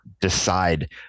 decide